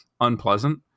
unpleasant